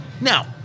Now